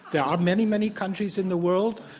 there are many, many countries in the world,